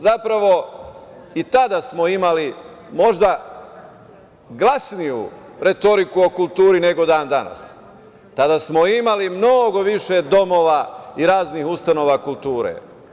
Zapravo, i tada smo imali možda glasniju retoriku o kulturi nego dan-danas, tada smo imali mnogo više domova i raznih ustanova kulture.